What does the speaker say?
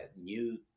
new